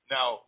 Now